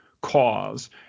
cause